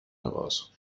heraus